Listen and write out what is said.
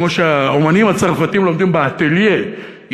כמו שהאמנים הצרפתים לומדים באטלייה,